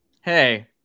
Hey